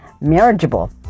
marriageable